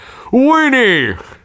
Weenie